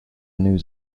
news